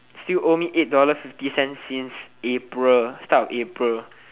still owe me eight dollar fifty cents since april the start of april